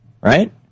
right